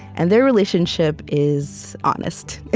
and their relationship is honest.